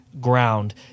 ground